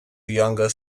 younger